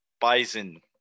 Bison